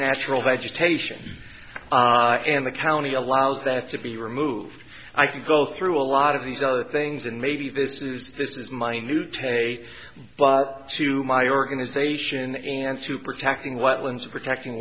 natural vegetation and the county allows that to be removed i can go through a lot of these other things and maybe this is this is my new take a but to my organization and to protecting wetlands protecting